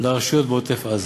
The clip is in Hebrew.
לרשויות בעוטף-עזה.